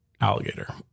alligator